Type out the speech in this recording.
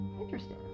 interesting